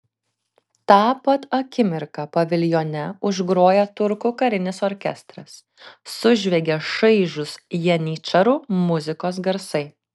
tą pat akimirką paviljone užgroja turkų karinis orkestras sužviegia šaižūs janyčarų muzikos garsai